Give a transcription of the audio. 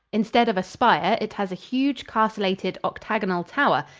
instead of a spire, it has a huge, castellated, octagonal tower,